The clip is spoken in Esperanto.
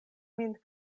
min